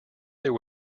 there